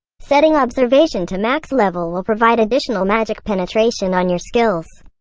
setting observation to max level will provide additional magic penetration on your skills.